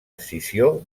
escissió